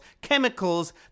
Chemicals